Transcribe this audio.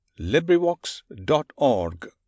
LibriVox.org